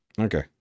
Okay